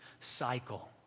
cycle